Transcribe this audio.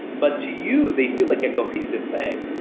but to you they feel like a cohesive thing.